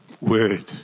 word